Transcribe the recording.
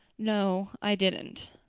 no, i didn't.